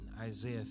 Isaiah